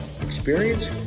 experience